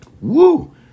Woo